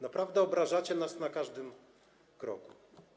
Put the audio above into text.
Naprawdę obrażacie nas na każdym kroku.